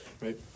right